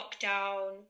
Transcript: lockdown